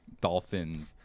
Dolphin